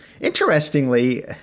Interestingly